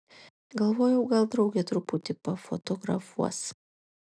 galvojau gal draugė truputį pafotografuos